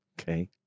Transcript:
okay